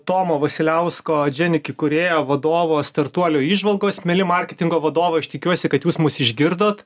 tomo vasiliausko adženik įkūrėjo vadovo startuolio įžvalgos mieli marketingo vadovai aš tikiuosi kad jūs mus išgirdot